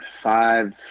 five